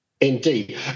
Indeed